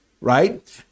right